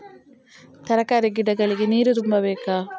ತರಕಾರಿ ಗಿಡಗಳಿಗೆ ನೀರು ತುಂಬಬೇಕಾ?